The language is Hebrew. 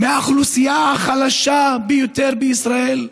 מהאוכלוסייה החלשה ביותר בישראל?